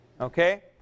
Okay